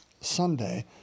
Sunday